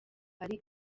ari